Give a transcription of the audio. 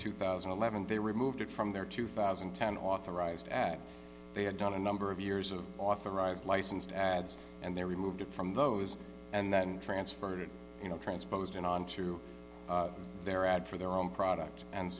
two thousand and eleven they removed it from their two thousand and ten authorized act they had done a number of years of authorized licensed ads and they removed it from those and then transferred it you know transposed it on to their ad for their own product and